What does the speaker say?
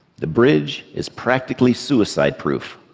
the bridge is practically suicide-proof.